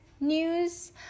news